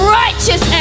righteous